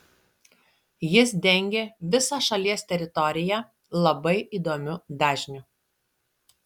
jis dengė visą šalies teritoriją labai įdomiu dažniu